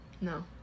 No